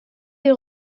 des